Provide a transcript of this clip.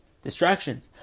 Distractions